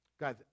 Guys